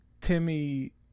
Timmy